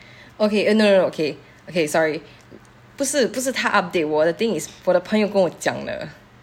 okay no no no okay okay sorry 不是不是他 update 我 the thing is 我的朋友跟我讲的